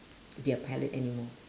be a pilot anymore